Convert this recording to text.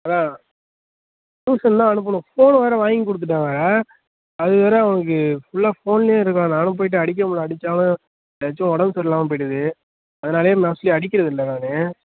அதான் ட்யூஷன் தான் அனுப்பணும் ஃபோனை வேறே வாங்கி கொடுத்துட்டேன் வேறே அது வேறே அவனுக்கு ஃபுல்லாக ஃபோனில் இருக்கான் நானும் போயிட்டு அடிக்க முடில அடிச்சாலும் எதாச்சும் உடம்பு சரி இல்லாமல் போயிடுது அதனாலே மோஸ்ட்லீ அடிக்கிறதில்லை நான்